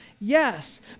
Yes